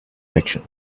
section